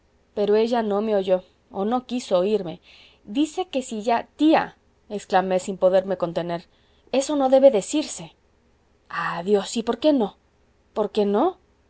pero ella no me oyó o no quiso oírme dice que si ya tía exclamé sin poderme contener eso no debe decirse adiós y por qué no porque no